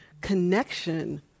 connection